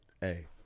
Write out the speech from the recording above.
hey